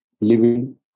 living